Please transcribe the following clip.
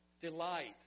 delight